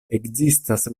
ekzistas